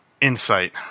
insight